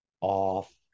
off